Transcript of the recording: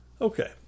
Okay